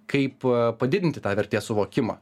kaip padidinti tą vertės suvokimą